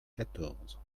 quatorze